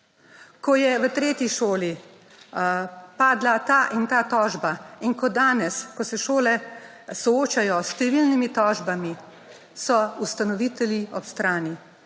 Ko je v tretji šoli padla ta in ta tožba in ko danes, ko se šole soočajo s številnimi tožbami, so ustanovitelji ob strani.